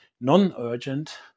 non-urgent